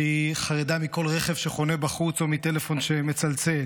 שהיא חרדה מכל רכב שחונה בחוץ או מטלפון שמצלצל,